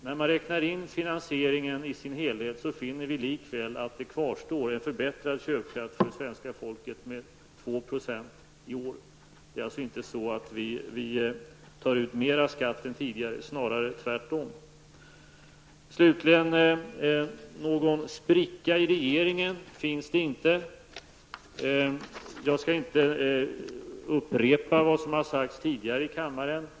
När man räknar in finansieringen i sin helhet finner man likväl att svenska folket har fått en förbättrad köpkraft med 2 % i år. Vi tar således inte ut mera skatt än tidigare, snarare tvärtom. Slutligen finns det ingen spricka i regeringen. Jag skall inte upprepa vad som tidigare har sagts i kammaren.